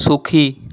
সুখী